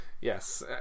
Yes